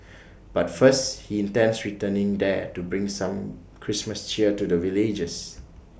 but first he intends returning there to bring some Christmas cheer to the villagers